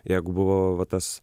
jeigu buvo va tas